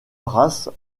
races